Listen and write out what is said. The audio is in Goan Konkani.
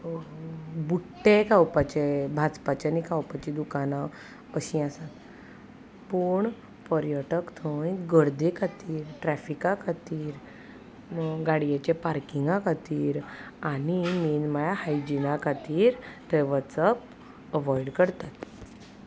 बुट्टे खावपाचे भाजपाचें आनी खावपाचीं दुकानां अशीं आसात पूण पर्यटक थंय गर्दे खातीर ट्रेफिका खातीर गाडयेचे पार्किंगा खातीर आनी मेन म्हळ्यार हायजिना खातीर थंय वचप अवोयड करतात